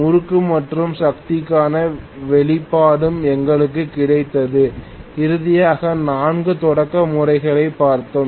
முறுக்கு மற்றும் சக்திக்கான வெளிப்பாடும் எங்களுக்கு கிடைத்தது இறுதியாக 4 தொடக்க முறைகளைப் பார்த்தோம்